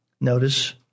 Notice